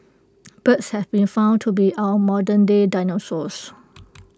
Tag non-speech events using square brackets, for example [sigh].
birds have been found to be our modernday dinosaurs [noise]